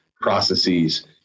processes